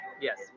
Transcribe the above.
Yes